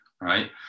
right